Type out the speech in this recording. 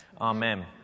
Amen